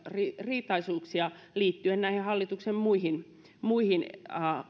ristiriitaisuuksia liittyen esimerkiksi näihin hallituksen muihin muihin